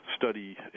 study